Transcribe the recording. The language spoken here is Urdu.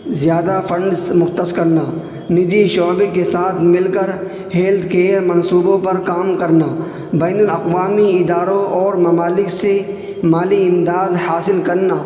زیادہ فنڈز مختص کرنا نجی شعبے کے ساتھ مل کر ہیلتھ کیئر منصوبوں پر کام کرنا بین الاقوامی اداروں اور ممالک سے مالی امداد حاصل کرنا